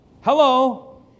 Hello